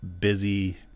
busy